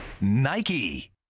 Nike